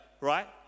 right